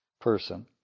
person